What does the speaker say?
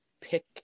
pick